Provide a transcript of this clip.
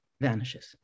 vanishes